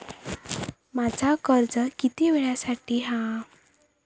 माझा कर्ज किती वेळासाठी हा?